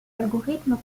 algorithme